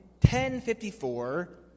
1054